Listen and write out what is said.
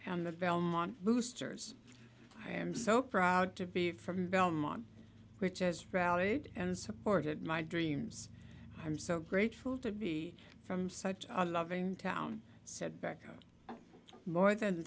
and the belmont boosters i am so proud to be from belmont which is valid and supported my dreams i'm so grateful to be from such a loving town said baca more than